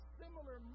similar